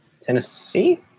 tennessee